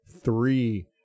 three